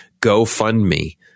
GoFundMe